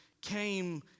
came